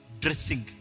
dressing